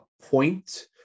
point